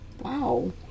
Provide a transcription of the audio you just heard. Wow